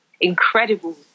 incredible